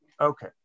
Okay